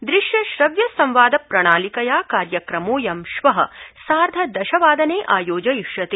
दृश्य श्रव्य संवादप्रणालिकया कार्यक्रमोयं श्वः सार्ध दशवादने आयोजयिष्यते